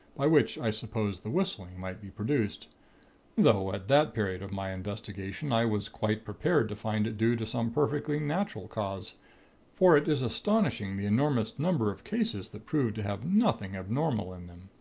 by which i supposed the whistling might be produced though, at that period of my investigation, i was quite prepared to find it due to some perfectly natural cause for it is astonishing the enormous number of cases that prove to have nothing abnormal in them.